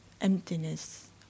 emptiness